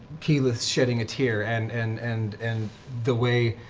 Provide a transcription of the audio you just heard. keyleth shedding a tear, and and and and the way